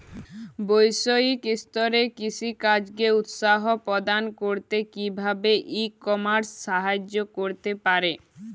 বৈষয়িক স্তরে কৃষিকাজকে উৎসাহ প্রদান করতে কিভাবে ই কমার্স সাহায্য করতে পারে?